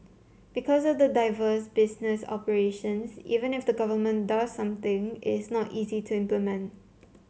because of diversified business operations even if the government does something it's not easy to implement